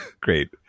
Great